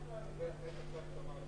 התקנות אושרו.